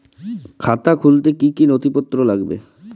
খাতা খুলতে কি কি নথিপত্র লাগবে?